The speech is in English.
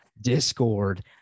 Discord